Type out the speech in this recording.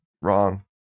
Wrong